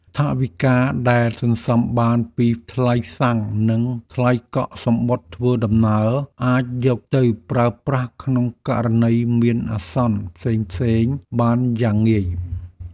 ថវិកាដែលសន្សំបានពីថ្លៃសាំង និងថ្លៃកក់សំបុត្រធ្វើដំណើរ អាចយកទៅប្រើប្រាស់ក្នុងករណីមានអាសន្នផ្សេងៗបានយ៉ាងងាយ។